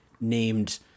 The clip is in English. named